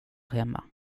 hemma